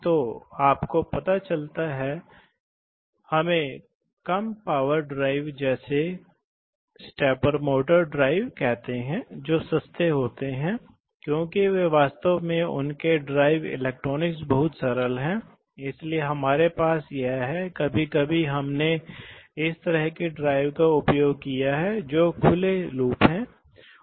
तो यह है यह एक सिलेंडर है जहां यह सिलेंडर बॉडी है आप पिस्टन और रॉड को देख सकते हैं जो लोड से जुड़ा हुआ है आप जैसा कि हमने कहा है कि आप एक डाल सकते हैं प्रवाह नियंत्रण वाल्व यहां कभी कभी आप एक त्वरित निकास वाल्व यहां रख सकते हैं इसलिए यह एक सामान्य न्यूमेटिक्स सिलेंडर है